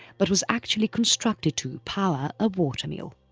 but was actually constructed to power a water mill.